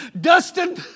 Dustin